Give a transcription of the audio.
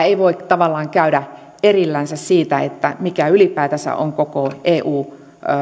ei voi tavallaan käydä erillään siitä mikä ylipäätänsä on koko